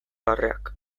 barreak